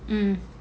mm